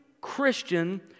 Christian